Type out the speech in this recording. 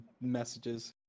messages